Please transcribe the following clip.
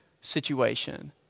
situation